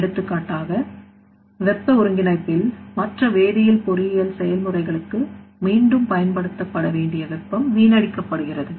எடுத்துக்காட்டாக வெப்ப ஒருங்கிணைப்பில் மற்ற வேதியியல் பொறியியல் செயல்முறைகளுக்கு மீண்டும் பயன்படுத்தப்பட வேண்டிய வெப்பம் வீணடிக்கப் படுகிறது